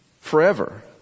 forever